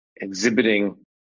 exhibiting